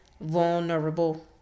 vulnerable